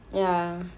ya